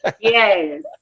Yes